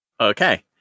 Okay